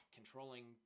controlling